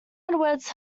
edwards